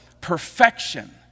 perfection